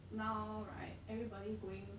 now right everybody going